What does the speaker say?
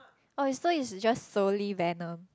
oh it's just soles venom